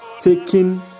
taking